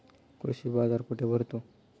कृषी बाजार कुठे भरतो?